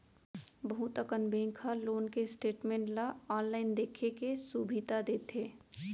बहुत अकन बेंक ह लोन के स्टेटमेंट ल आनलाइन देखे के सुभीता देथे